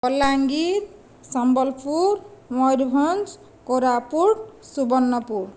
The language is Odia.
ବଲାଙ୍ଗୀର ସମ୍ବଲପୁର ମୟୂରଭଞ୍ଜ କୋରାପୁଟ ସୁବର୍ଣପୁର